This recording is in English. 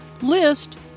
list